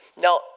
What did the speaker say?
Now